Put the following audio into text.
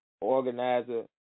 organizer